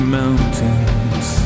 mountains